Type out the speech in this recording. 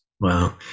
Wow